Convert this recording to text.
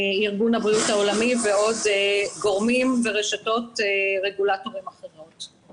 ארגון הבריאות העולמי ועוד גורמים ורשתות רגולטוריות אחרות.